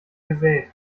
gesät